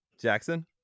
Jackson